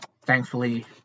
Thankfully